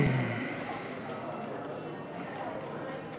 חבר הכנסת אכרם חסון,